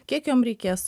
kiek jom reikės